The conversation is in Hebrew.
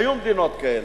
היו מדינות כאלה.